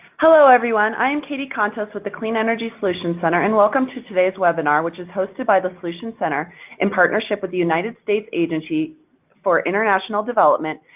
hello, everyone. i am katie contos with the clean energy solutions center, and welcome to today's webinar, which is hosted by the solutions center in partnership with the united states agency for international development,